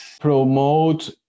promote